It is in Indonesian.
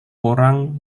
orang